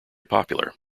popular